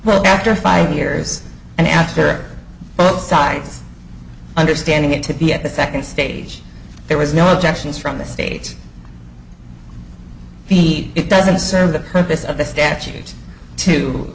well after five years and after both sides understanding it to be at the second stage there was no objections from the states be it doesn't serve the purpose of the statu